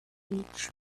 each